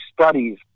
studies